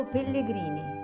Pellegrini